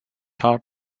heart